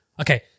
Okay